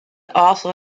also